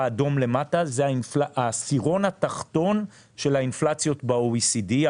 האדום למטה זה העשירון התחתון של האינפלציה ב-OECD,